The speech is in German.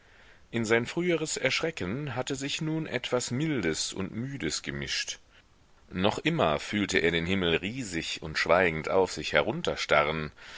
in sein früheres erschrecken hatte sich nun etwas mildes und müdes gemischt noch immer fühlte er den himmel riesig und schweigend auf sich